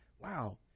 wow